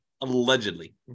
allegedly